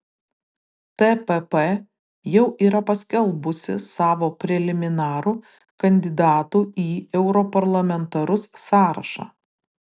tpp jau yra paskelbusi savo preliminarų kandidatų į europarlamentarus sąrašą